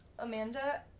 Amanda